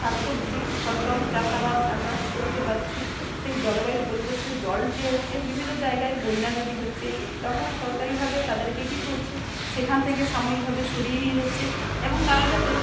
শাক সবজি ফসল চাষাবাদ আমরা করতে পারছি সেই জলবায়ুর পরিবর্তে জল যে হচ্ছে বিভিন্ন জায়গায় বন্যা যদি হচ্ছে তখন সরকারিভাবে তাদেরকে কী করছে সেখান থেকে সামুয়িকভাবে সরিয়ে নিয়ে যাচ্ছে এবং তারা যাতে